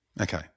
Okay